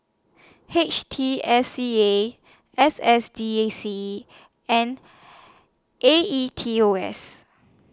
H T S C A S S D A C and A E T O S